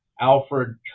Alfred